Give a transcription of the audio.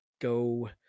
go